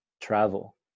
travel